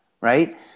right